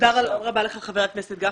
תודה רבה לך חבר הכנסת גפני.